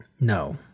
No